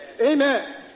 Amen